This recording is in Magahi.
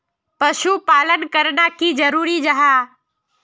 पशुपालन करना की जरूरी जाहा?